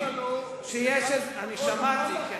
הוא אמר לנו ששר הביטחון מוכן לחתום.